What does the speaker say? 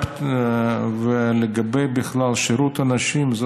לגבי שירות הנשים בכלל,